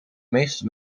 meeste